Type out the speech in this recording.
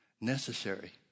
Necessary